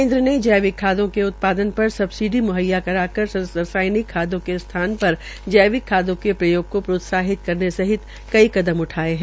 केन्द्र ने जैविक खादो के उत्पादन पर सबसिडी मुहैया कराकर रसासनिक खादों के स्थान पर जैविक खादों के प्रयोग को प्रोत्साहित करेन सहित कई कदम उठाये है